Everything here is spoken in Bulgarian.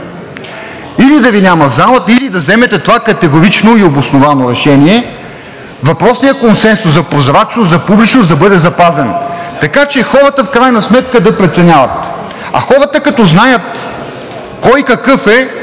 гласуваха „за“; или да вземете това категорично и обосновано решение въпросният консенсус за прозрачност, за публичност да бъде запазен. В крайна сметка хората да преценяват, а хората като знаят кой какъв е,